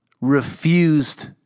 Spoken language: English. refused